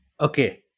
Okay